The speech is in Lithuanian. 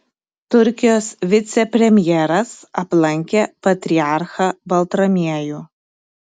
turkijos vicepremjeras aplankė patriarchą baltramiejų